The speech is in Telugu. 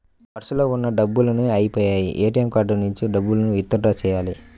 పర్సులో ఉన్న డబ్బులన్నీ అయ్యిపొయ్యాయి, ఏటీఎం కార్డు నుంచి డబ్బులు విత్ డ్రా చెయ్యాలి